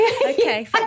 okay